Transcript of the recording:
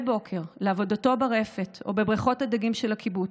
בוקר לעבודתו ברפת או בבריכות הדגים של הקיבוץ,